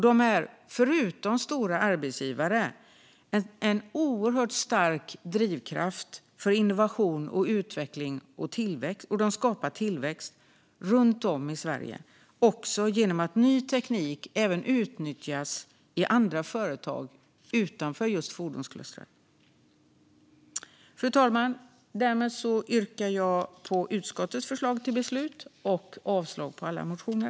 De är, förutom stora arbetsgivare, en oerhört stark drivkraft för innovation och utveckling, och de skapar tillväxt runt om i Sverige, också genom att ny teknik även utnyttjas i andra företag utanför fordonsklustret. Fru talman! Därmed yrkar jag bifall till utskottets förslag till beslut och avslag på alla motioner.